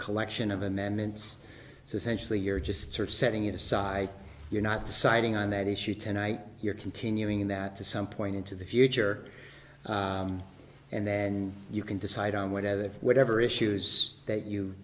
collection of amendments so essentially you're just sort of setting it aside you're not deciding on that issue tonight you're continuing that to some point into the future and then you can decide on whatever whatever issues that you